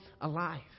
alive